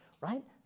right